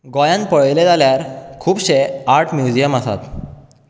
गोंयांत पळयलें जाल्यार खुबशे आर्ट म्युजियम आसात